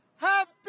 Happy